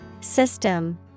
System